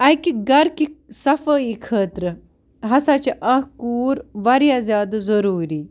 اَکہِ گَرٕکہِ صفٲیی خٲطرٕ ہَسا چھِ اَکھ کوٗر واریاہ زیادٕ ضٔروٗری